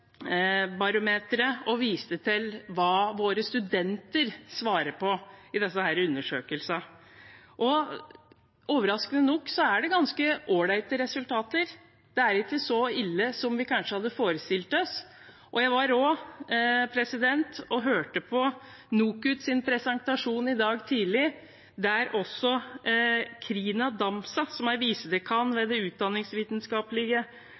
og det viste hva våre studenter svarer på i disse undersøkelsene. Overraskende nok er det ganske ålreite resultater. Det er ikke så ille som vi kanskje hadde forestilt oss. Jeg var også og hørte på NOKUTs presentasjon i dag tidlig, der også Crina Damsa, som er visedekan